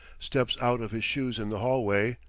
steps out of his shoes in the hallway,